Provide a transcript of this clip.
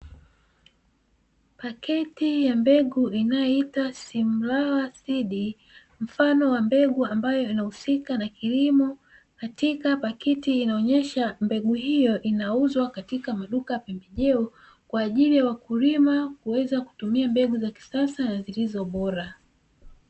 Pakiti ya mbegu inayoitwa "simlaw seeds" mfano wa mbegu ambayo inahusika na kilimo, katika pakiti inaonyesha mbegu hiyo inauzwa katika maduka ya pembejeo, kwa ajili ya wakulima kuweza kutumia mbegu za kisasa na zilizo bora.